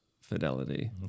fidelity